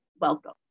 welcome